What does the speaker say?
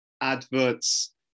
adverts